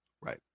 Right